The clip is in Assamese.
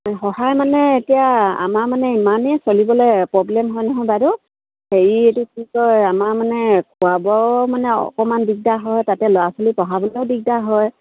সহায় মানে এতিয়া আমাৰ মানে ইমানেই চলিবলৈ প্ৰব্লেম হয় নহয় বাইদেউ হেৰি এইটো কি কয় আমাৰ মানে খোৱা বোৱাও মানে অকণমান দিগদাৰ হয় তাতে ল'ৰা ছোৱালী পঢ়াবলৈও দিগদাৰ হয়